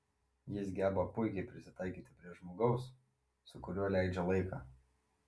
jis geba puikiai prisitaikyti prie žmogaus su kuriuo leidžia laiką